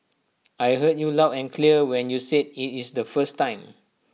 I heard you loud and clear when you said IT in is the first time